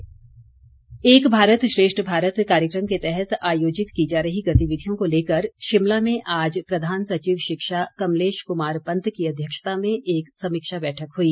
एक भारत श्रेष्ठ भारत एक भारत श्रेष्ठ भारत कार्यक्रम के तहत आयोजित की जा रही गतिविधियों को लेकर शिमला में आज प्रधान सचिव शिक्षा कमलेश कुमार पंत की अध्यक्षता में एक समीक्षा बैठक हई